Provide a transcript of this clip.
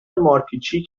مارپیچی